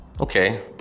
Okay